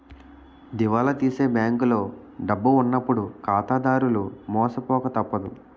దివాలా తీసే బ్యాంకులో డబ్బు ఉన్నప్పుడు ఖాతాదారులు మోసపోక తప్పదు